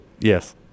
Yes